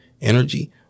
energy